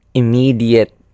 immediate